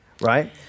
right